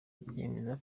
yemeza